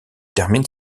termine